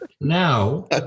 now